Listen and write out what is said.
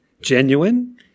genuine